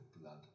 blood